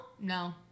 No